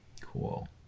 Cool